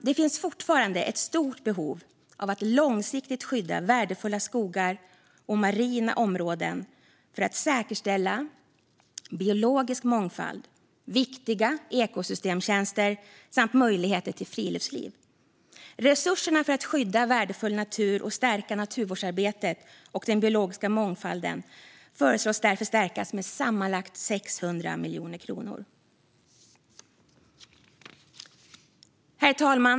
Det finns fortfarande ett stort behov av att långsiktigt skydda värdefulla skogar och marina områden för att säkerställa biologisk mångfald, viktiga ekosystemtjänster och möjligheter till friluftsliv. Resurserna för att skydda värdefull natur och stärka naturvårdsarbetet och den biologiska mångfalden föreslås därför stärkas med sammanlagt 600 miljoner. Herr talman!